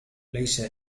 ليس